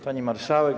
Pani Marszałek!